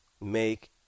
make